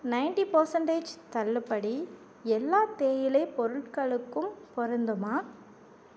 ninety percentage தள்ளுபடி எல்லா தேயிலை பொருட்களுக்கும் பொருந்துமா